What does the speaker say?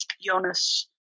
Jonas